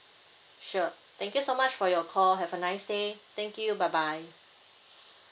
sure thank you so much for your call have a nice day thank you bye bye